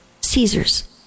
Caesar's